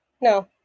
No